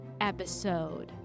episode